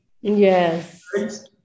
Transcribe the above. Yes